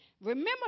Remember